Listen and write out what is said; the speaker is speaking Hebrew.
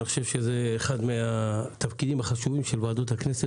אחד מהתפקידים החשובים של ועדות הכנסת